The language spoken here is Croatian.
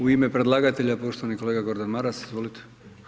U ime predlagatelja poštovani kolega Gordan Maras, izvolite.